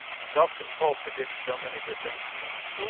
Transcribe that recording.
self-control predicts so many good things in life.